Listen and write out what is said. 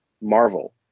Marvel